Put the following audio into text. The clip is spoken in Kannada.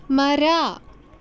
ಮರ